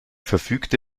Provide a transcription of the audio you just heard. verfügte